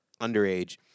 underage